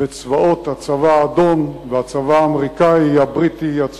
הצבא האדום והצבא האמריקני, הבריטי, הצרפתי,